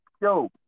yo